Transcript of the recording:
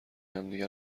همدیگه